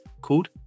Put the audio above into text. called